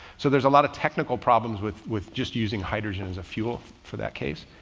so there's a lot of technical problems with, with just using hydrogen as a fuel for that case.